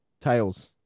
Tails